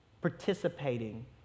participating